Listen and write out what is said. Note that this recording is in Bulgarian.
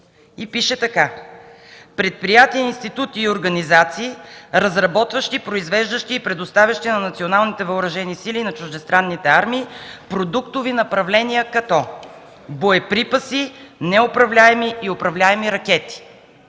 Пише така: „Предприятия, институти и организации, разработващи, произвеждащи и предоставящи на националните въоръжени сили и чуждестранните армии продуктови направления, като: боеприпаси, неуправляеми и управляеми ракети”.